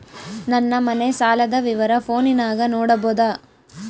ನನ್ನ ಮನೆ ಸಾಲದ ವಿವರ ಫೋನಿನಾಗ ನೋಡಬೊದ?